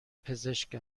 پزشک